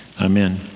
amen